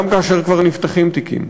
גם כאשר כבר נפתחים תיקים,